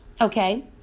Okay